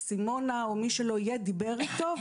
סימונה או מי שלא יהיה - דיבר איתו,